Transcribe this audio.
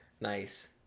nice